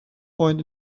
point